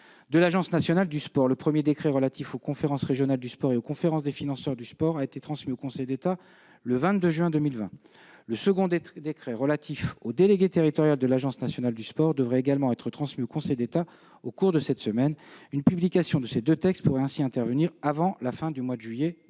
de l'Agence nationale du sport, qui est relatif aux conférences régionales du sport et aux conférences des financeurs du sport, a été transmis au Conseil d'État le 22 juin 2020. Le second, qui concerne le délégué territorial de l'Agence nationale du sport, devrait également être transmis au Conseil d'État au cours de cette semaine. Une publication de ces deux textes pourrait ainsi intervenir avant la fin du mois de juillet 2020.